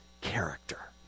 character